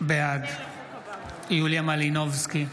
בעד יוליה מלינובסקי,